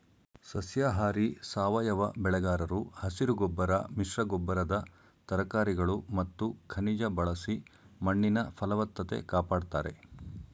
ಸಸ್ಯಾಹಾರಿ ಸಾವಯವ ಬೆಳೆಗಾರರು ಹಸಿರುಗೊಬ್ಬರ ಮಿಶ್ರಗೊಬ್ಬರದ ತರಕಾರಿಗಳು ಮತ್ತು ಖನಿಜ ಬಳಸಿ ಮಣ್ಣಿನ ಫಲವತ್ತತೆ ಕಾಪಡ್ತಾರೆ